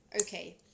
Okay